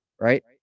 right